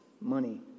money